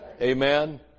Amen